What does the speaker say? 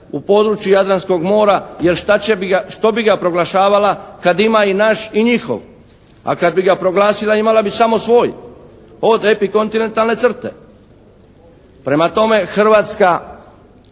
u području Jadranskog mora, jer što bi ga proglašavala kad ima i naš i njihov. A kad bi ga proglasila imala bi samo svoj od epikontinentalne crte. Prema tome Hrvatska